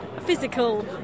physical